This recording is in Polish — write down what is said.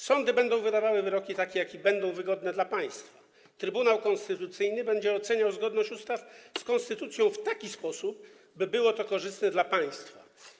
Sądy będą wydawały wyroki takie, jakie będą wygodne dla państwa, Trybunał Konstytucyjny będzie oceniał zgodność ustaw z konstytucją w taki sposób, by było to korzystne dla państwa.